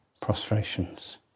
prostrations